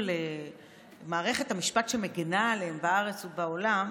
מערכת המשפט שמגינה עליהם בארץ ובעולם,